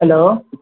hello